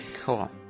Cool